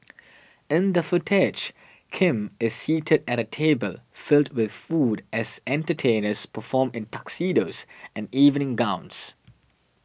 in that footage Kim is seated at a table filled with food as entertainers perform in tuxedos and evening gowns